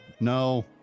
no